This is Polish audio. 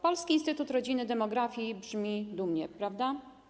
Polski Instytut Rodziny i Demografii brzmi dumnie, prawda?